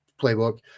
playbook